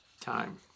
time